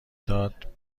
داد